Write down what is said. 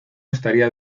estaría